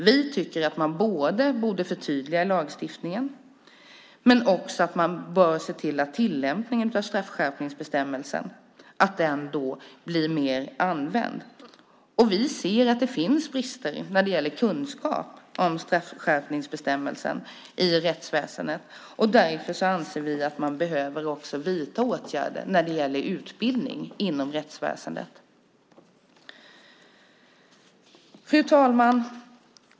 Vi tycker att man dels borde förtydliga lagstiftningen, dels borde titta på tillämpningen av denna straffskärpningsbestämmelse så att den blir mer använd. Vi ser också att det finns brister när det gäller kunskap om denna straffskärpningsbestämmelse i rättsväsendet, och därför anser vi att man behöver vidta åtgärder när det gäller utbildning inom rättsväsendet. Fru talman!